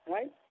Right